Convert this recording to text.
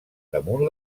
damunt